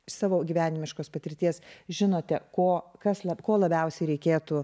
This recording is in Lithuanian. savo gyvenimiškos patirties žinote ko kas ko labiausiai reikėtų